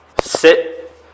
Sit